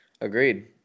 Agreed